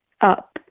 up